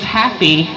happy